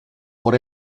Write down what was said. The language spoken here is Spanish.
por